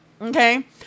Okay